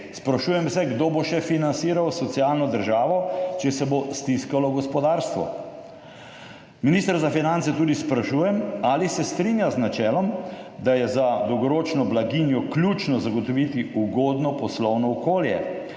Sprašujem se, kdo bo še financiral socialno državo, če se bo stiskalo gospodarstvo. Ministra za finance tudi sprašujem: Ali se strinja z načelom, da je za dolgoročno blaginjo ključno zagotoviti ugodno poslovno okolje?